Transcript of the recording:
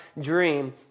dream